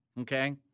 okay